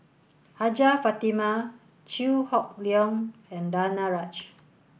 Hajjah Fatimah Chew Hock Leong and Danaraj